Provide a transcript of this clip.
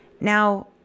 Now